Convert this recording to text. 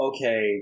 Okay